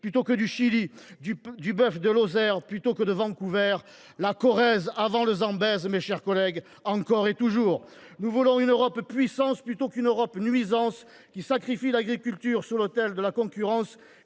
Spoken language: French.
plutôt que du Chili, du bœuf de Lozère plutôt que de Vancouver : la Corrèze avant le Zambèze, mes chers collègues, encore et toujours ! Nous voulons une Europe puissance plutôt qu’une Europe nuisance qui sacrifie l’agriculture sur l’autel de la concurrence,